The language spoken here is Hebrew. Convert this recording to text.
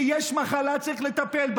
כשיש מחלה, צריך לטפל בה.